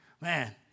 man